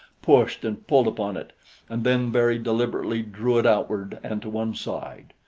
pushed and pulled upon it and then very deliberately drew it outward and to one side.